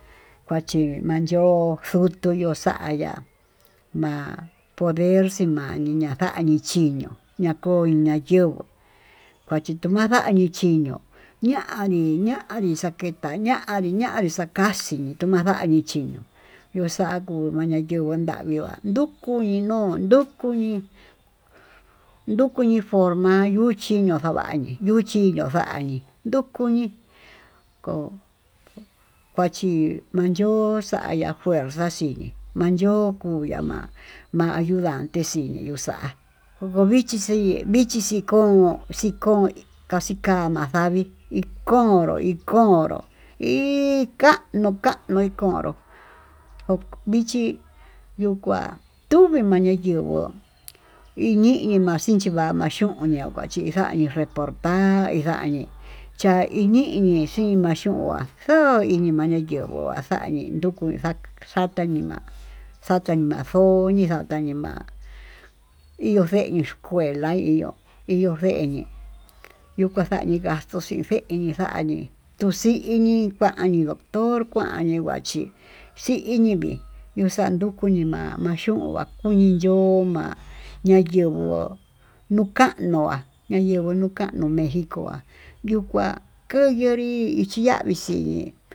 Kuchí manyo'ó kutuyuu xa'a ya'á ma'a poder xii mani ma'a ninaxani chinió ña'a ko'o ña'a yenguó, kochituu mandañii chii ño'ó ña'adi ña'adi aketá na'adi ña'adi xakaxí tumandañi chí yo'o xa'a kuu mayan ndeguu yandiá ndukuni no'o ndukuní ndukuñí forma'a yuchí ño'o vañii nduchí ño'a vañii ndukuñi ko'o kuachí manyo'o xa'á aya'a fuerza xhí manyo'o kuya'á ma'á ma'a yundante xinii yuu xa'á, kokovichí xii vichíxii kon xikón kaama xavii konró ikonró nii kanuu kanuu konró njó vichí yuu kuá tumi'i maña'a yenguó iñii ñii ma'a xhinchi va'a ma'a yuu ñuñii nguachixañi porta inguañi cha'a iñiñi xii, imachón nguá xo'o inima'a nuu yenguu axañi ndukuu axañi njatá nima'á xata nimayuñii tañii ma'a iho feñe'e escuela iho iho feñe'e, yuu kaxañii gasto xhín fenii xañii tuxini kuánidotór kuáñi huachí, xi'iñii vii nixandukuu nima'á maxhugan konii yuu ho ma'a nayenguó nukanuá, yinguu nukanuu me'é vikuá koyonrí ichí ya'á vixhíí.